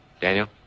Daniel